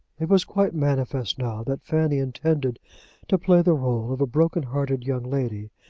it was quite manifest now that fanny intended to play the role of a broken-hearted young lady,